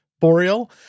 Boreal